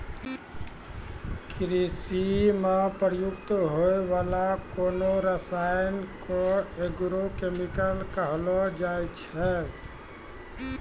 कृषि म प्रयुक्त होय वाला कोनो रसायन क एग्रो केमिकल कहलो जाय छै